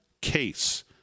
case